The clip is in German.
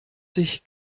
sich